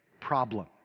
problem